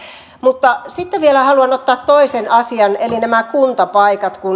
mutta sitten vielä haluan ottaa toisen asian eli nämä kuntapaikat